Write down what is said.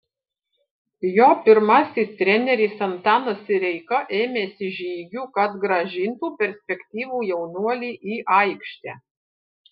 jo pirmasis treneris antanas sireika ėmėsi žygių kad grąžintų perspektyvų jaunuolį į aikštę